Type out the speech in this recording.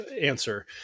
answer